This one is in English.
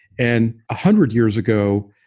and a hundred years ago,